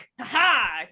ha